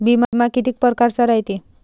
बिमा कितीक परकारचा रायते?